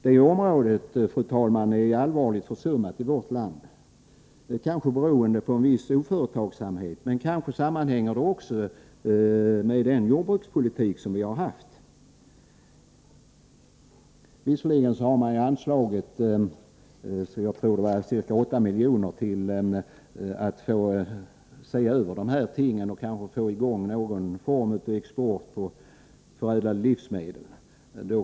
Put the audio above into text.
Det området är allvarligt försummat i vårt land, kanske beroende på en viss oföretagsamhet, men det sammanhänger kanske också med den jordbrukspolitik som vi har haft. Vi har visserligen anslagit jag tror det var ca 8 milj.kr. för att se över dessa förhållanden och kanske få i gång någon form av export av föräldade livsmedel.